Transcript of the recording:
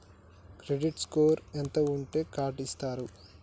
Credit score ఎంత ఉంటే card ఇస్తారు?